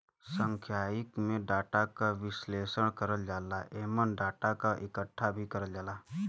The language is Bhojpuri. सांख्यिकी में डाटा क विश्लेषण करल जाला एमन डाटा क इकठ्ठा भी करल जाला